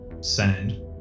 sand